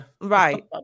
Right